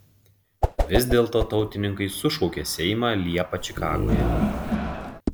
vis dėlto tautininkai sušaukė seimą liepą čikagoje